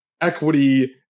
equity –